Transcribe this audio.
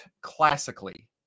classically